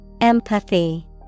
Empathy